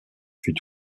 fut